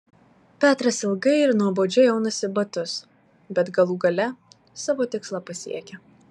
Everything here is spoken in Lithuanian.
petras ilgai ir nuobodžiai aunasi batus bet galų gale savo tikslą pasiekia